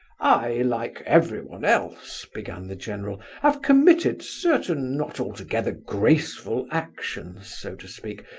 i, like everyone else, began the general, have committed certain not altogether graceful actions, so to speak,